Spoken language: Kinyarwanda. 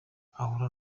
ahura